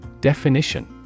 Definition